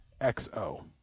XO